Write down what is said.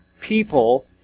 people